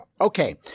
Okay